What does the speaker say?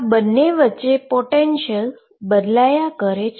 આ બંને વચ્ચે પોટેંશીઅલ બદલાયા કરે છે